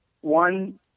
One